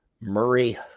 Murray